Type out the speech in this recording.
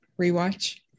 rewatch